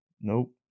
Nope